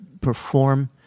perform